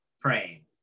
Praying